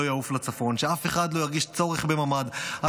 לא יעזרו לאף אחד עוד ממ"דים,